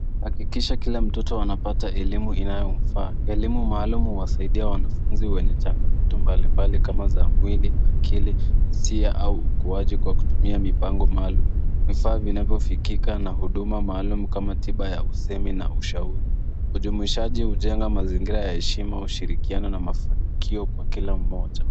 Hakikisha kila mtoto anapata elimu inayomfaa. Elimu maalum huwasaidia wanafunzi wenye changamoto mbalimbali kama za mwili, akili ,hisia au ukuaji kwa kutumia mipango maalum, vifaa vinavofikika na huduma maalum kama tiba ya usemi na ushauri. Ujumuishaji hujenga mazingira ya heshima, ushirikiano na mafanikio kwa kila mmoja.